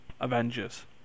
Avengers